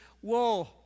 Whoa